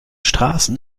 straßen